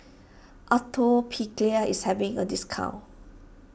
Atopiclair is having a discount